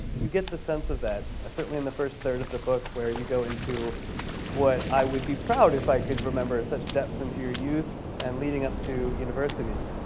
you get the sense of that, certainly in the first third of the book where you go into what i would be proud if i could remember such depth into your youth and leading up to university.